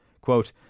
Quote